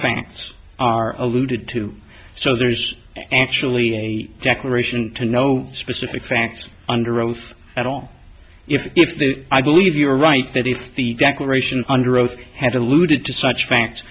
thanks are alluded to so there's actually a declaration to no specific facts under oath at all if the i believe you are right that if the declaration under oath had alluded to such fact